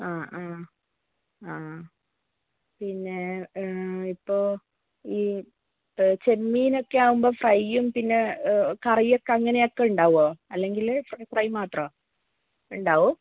ആ ആ ആ പിന്നെ ഇപ്പോൾ ഈ ചെമ്മീൻ ഒക്കെ ആവുമ്പം ഫ്രൈയും പിന്നെ കറിയൊക്കെ അങ്ങനെ ഒക്കെ ഉണ്ടാകുവോ അല്ലെങ്കിൽ ഫ്രൈ മാത്രമാണോ ഉണ്ടാവും